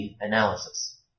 analysis